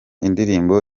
indirimbo